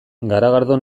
garagardo